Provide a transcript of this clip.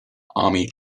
army